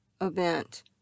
event